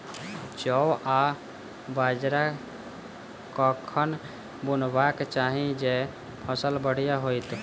जौ आ बाजरा कखन बुनबाक चाहि जँ फसल बढ़िया होइत?